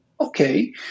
Okay